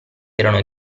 erano